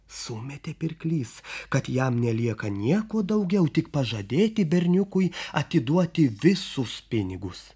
sumetė pirklys kad jam nelieka nieko daugiau tik pažadėti berniukui atiduoti visus pinigus